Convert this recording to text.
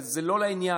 זה לא לעניין.